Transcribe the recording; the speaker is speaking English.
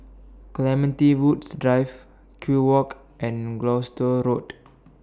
Clementi Woods Drive Kew Walk and Gloucester Road